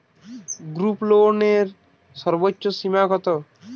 গ্রুপলোনের সর্বোচ্চ সীমা কত?